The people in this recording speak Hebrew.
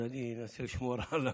אז אני רוצה לשמור על,